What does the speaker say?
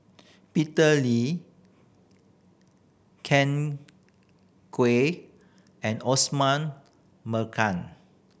Peter Lee Ken Kwek and Osman